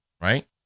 right